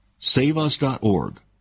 saveus.org